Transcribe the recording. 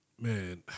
man